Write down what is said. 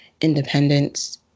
independence